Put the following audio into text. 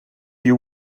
you